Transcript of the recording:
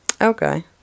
Okay